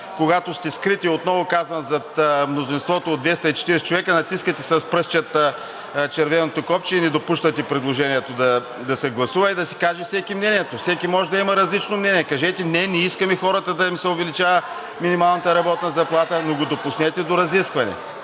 когато сте скрити, отново казвам – зад мнозинството от 240 човека, натискате с пръстчета червеното копче и не допускате да се гласува предложението и всеки да си каже мнението. Всеки може да има различно мнение. Кажете: не, не искаме на хората да им се увеличава минималната работна заплата, но го допуснете до разискване.